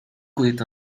connait